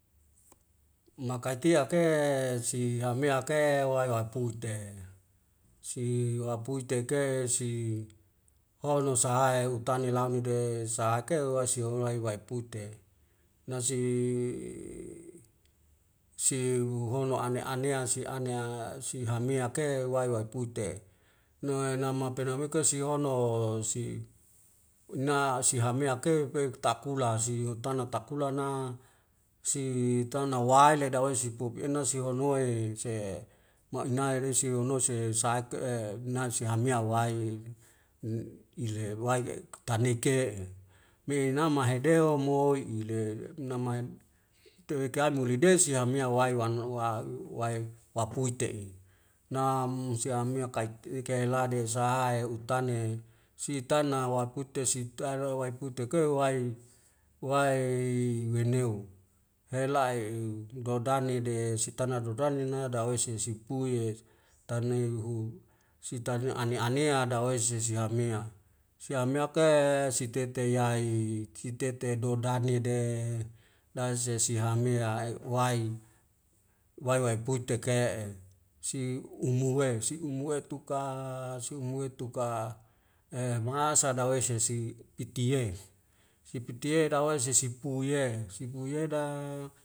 Makaitiak ke si hameak ke wae wae puit te si wapuitek ke si hono sahae utani laun ni de sahak ke uwae siwanglae wae pute nasi si hono ane anea sia anea si hameak e wae wae pute noe nama pena mekos sihono si uena sihameak e peuk takula si hutana takula na si tana waele dawei sipuk ina siwanuae se mainair isi hono se saeke'e nae sihamia wae en' irer waik ek tana ike'e me nama hedoho moi'i le namaim teweka muli desi hamea wae wan wa wae waikuite'e nam is amea kai te kai landes saha ya utane sitana wakute si tari waeputek e wai wae weneu. hela'i iuw dodane de sitana dodoane na dawei sia siapu iyes tanae hu sitanya ane anea dawei sisi hamea sihameak ke sitete yai sitete dodane de dazesihame'e wai wai wai putek ke'e si umu e si umu e tuka si uma we tuka e mangasa dawai silsi itie sipitie dawaei sesepu ye sipu ye da